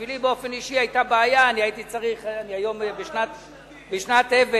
בשבילי באופן אישי היתה בעיה: אני בשנת אבל,